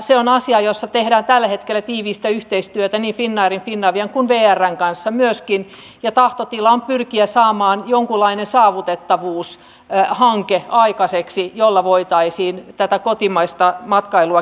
se on asia jossa tehdään tällä hetkellä tiivistä yhteistyötä niin finnairin finavian kuin vrn kanssa myöskin ja tahtotila on pyrkiä saamaan aikaiseksi jonkunlainen saavutettavuushanke jolla voitaisiin tätä kotimaista matkailua kehittää